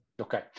Okay